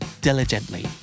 diligently